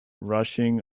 rushing